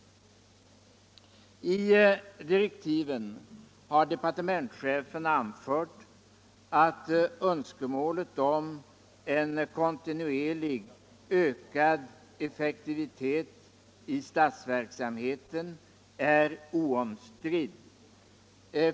I direktiven har departementschefen anfört att önskemålet om en kontinuerligt ökad effektivitet i statsverksamheten är oomstridd.